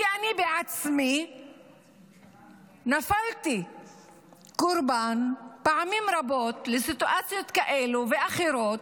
כי אני בעצמי נפלתי קורבן פעמים רבות לסיטואציות כאלה ואחרות,